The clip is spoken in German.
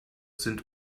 sind